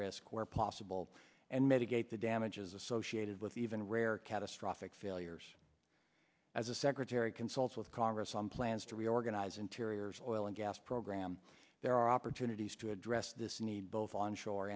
risk where possible and mitigate the damages associated with even rare catastrophic failures as a secretary consults with congress on plans to reorganize interiors oil and gas program there are opportunities to address this need both onshore